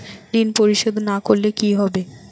ঋণ পরিশোধ না করলে কি হবে?